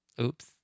Oops